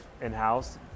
in-house